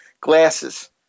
glasses